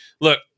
Look